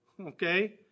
okay